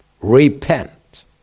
repent